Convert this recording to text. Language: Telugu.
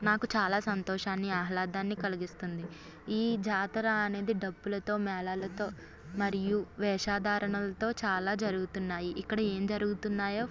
నాకు చాలా సంతోషాన్ని ఆహ్లాదాన్ని కలిగిస్తుంది ఈ జాతర అనేది డప్పులతో మేళాలతో మరియు వేషధారణలతో చాలా జరుగుతున్నాయి ఇక్కడ ఏమి జరుగుతున్నాయో